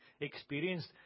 experienced